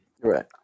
Right